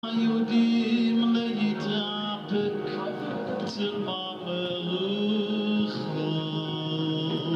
היהודים להתאפק בצרפת הלוח